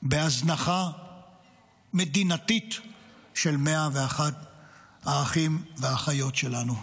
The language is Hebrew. בהזנחה מדינתית של 101 האחים והאחיות שלנו.